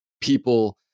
people